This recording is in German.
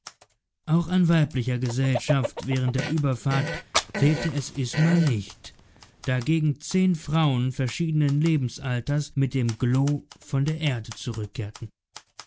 auch an weiblicher gesellschaft während der überfahrt fehlte es isma nicht da gegen zehn frauen verschiedenen lebensalters mit dem glo von der erde zurückkehrten